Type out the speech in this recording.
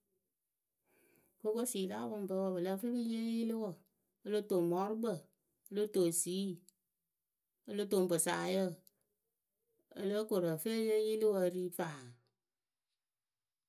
kokosii la apɔŋpǝ wǝǝ pɨ lǝ́ǝ fɨ pɨ ŋ yee yɩlɩwǝ o lo toŋ mɔɔrʊkpǝ o lo toŋ esii. o lo toŋ pʊsaayǝ o lóo koru ǝ fɨ e yee yɩlɩwǝ e ri faa.